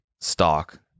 stock